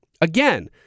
again